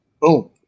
Boom